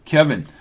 Kevin